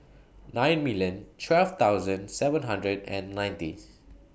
nine million twelve thousand seven hundred and nineties